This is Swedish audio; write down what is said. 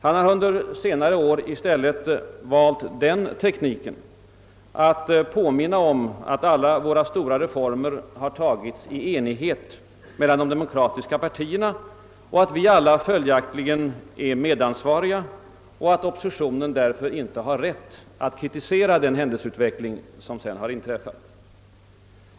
Han har under senare år i stället valt tekniken att påminna om att alla våra stora reformer har genomförts i enighet mellan de de mokratiska partierna, att vi alla följaktligen är medansvariga och att oppositionen därför inte har rätt att kritisera den händelseutveckling som sedan har inträffat.